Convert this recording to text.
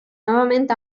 novament